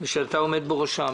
שתעמוד בראשה,